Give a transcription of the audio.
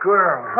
Girl